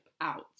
out